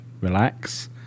relax